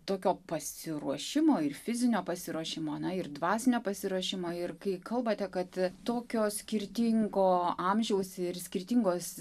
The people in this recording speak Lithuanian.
tokio pasiruošimo ir fizinio pasiruošimo na ir dvasinio pasiruošimo ir kai kalbate kad tokio skirtingo amžiaus ir skirtingos